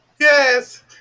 Yes